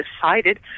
decided